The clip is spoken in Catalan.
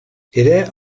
era